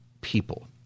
people